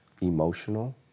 emotional